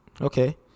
Okay